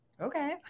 okay